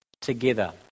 together